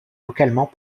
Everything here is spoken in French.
localement